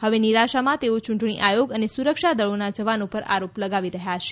હવે નિરાશામાં તેઓ યૂંટણી આયોગ અને સુરક્ષા દળોના જવાનો પર આરોપ લગાવી રહ્યા છે